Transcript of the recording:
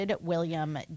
William